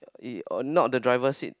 in not the driver seat